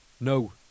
No